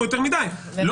לא